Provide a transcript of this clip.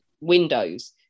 windows